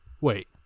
Wait